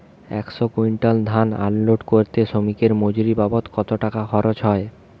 একশো কুইন্টাল ধান আনলোড করতে শ্রমিকের মজুরি বাবদ কত টাকা খরচ হয়?